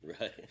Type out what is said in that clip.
Right